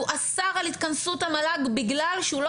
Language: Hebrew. הוא אסר את התכנסות המל"ג בגלל שהוא לא